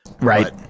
Right